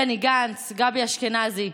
בני גנץ, גבי אשכנזי,